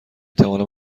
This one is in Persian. توانم